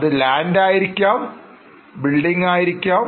അത് ലാൻഡ് ആയിരിക്കാം ബിൽഡിങ് ആയിരിക്കാം